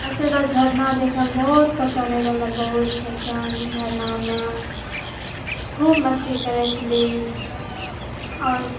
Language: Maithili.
हदसँ ज्यादा झरना देखैमे बहुत पसन्द अएलै हमरा बहुत पसन्द झरनामे खूब मस्ती करै छलिए आओर